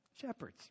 Shepherds